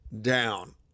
down